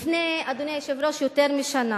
אדוני היושב-ראש, לפני יותר משנה